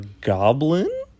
goblin